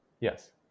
Yes